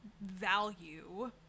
Value